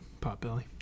Potbelly